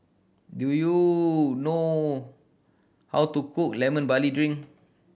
do you know how to cook Lemon Barley Drink